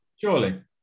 surely